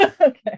okay